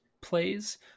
plays